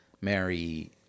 mary